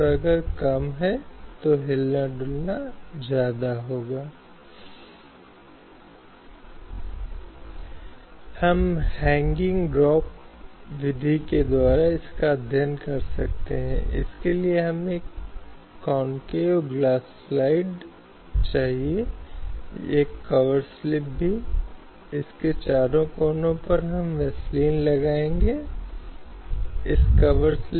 लेकिन सभी धर्मों के लिए भी यह सच नहीं है क्योंकि शायद हम यहां तक कि ईसाई कानूनों का उदाहरण ले सकते हैं जो पहले थे और जो तलाक के मामलों में पुरुषों और महिलाओं के लिए कहीं अलग थे जहां महिलाओं को एक आदमी से तलाक लेने के लिए और अधिक आधार पर निवेदन करना था